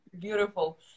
Beautiful